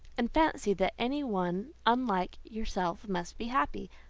and fancy that any one unlike yourself must be happy.